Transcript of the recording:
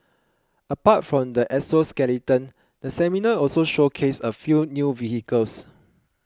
apart from the exoskeleton the seminar also showcased a few new vehicles